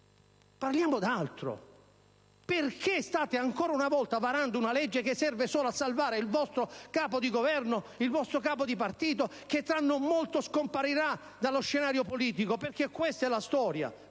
Parliamo d'altro. Perché ancora una volta state varando una legge che serve solo a salvare il vostro Capo di Governo, il vostro capo di partito, che tra non molto scomparirà dallo scenario politico, perché questa è la storia?